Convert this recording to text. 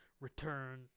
return